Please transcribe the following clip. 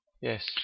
yes